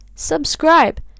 Subscribe